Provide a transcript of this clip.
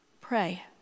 pray